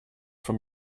from